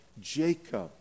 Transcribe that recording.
Jacob